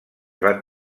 van